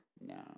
No